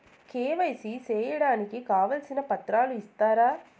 KYC సేయడానికి కావాల్సిన పత్రాలు ఇస్తారా?